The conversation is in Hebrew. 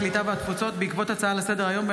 הקליטה והתפוצות בעקבות הצעה לסדר-היום של